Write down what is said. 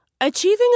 Achieving